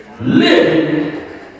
Living